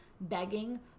begging